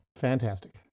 Fantastic